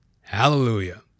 Hallelujah